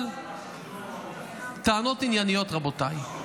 אבל טענות ענייניות, רבותיי.